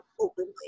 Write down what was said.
openly